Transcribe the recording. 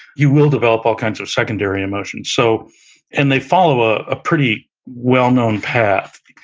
you will develop all kinds of secondary emotions. so and they follow a ah pretty well-known path.